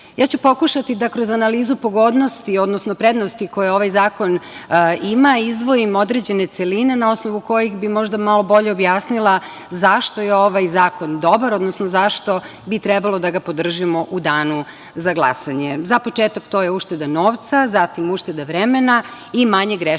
ću pokušati da kroz analizu pogodnosti, odnosno prednosti koje ovaj zakon ima, izdvojim određene celine na osnovu kojih bih možda malog bolje objasnila zašto je ovaj zakon dobar, odnosno zašto bi trebalo da ga podržimo u danu za glasanje.Za početak to je ušteda novca, zatim ušteda vremena i manje grešaka